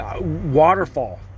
waterfall